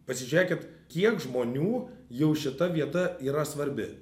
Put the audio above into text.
pasižiūrėkit kiek žmonių jau šita vieta yra svarbi